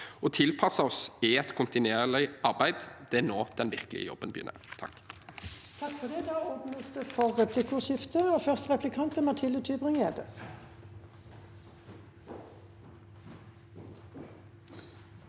Å tilpasse oss er et kontinuerlig arbeid. Det er nå den virkelige jobben begynner.